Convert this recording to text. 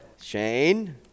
Shane